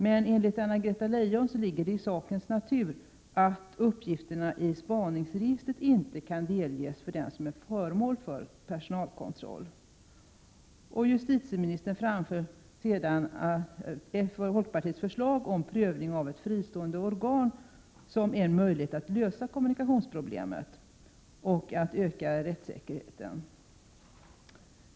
Men enligt Anna-Greta Leijon ligger det i sakens natur att uppgifterna i spaningsregistret inte kan delges den som är föremål för en personalkontroll. Justitieministern framför sedan folkpartiets förslag om prövning av ett fristående organ som en möjlighet att lösa kommunikationsproblemet och att öka rättssäkerheten.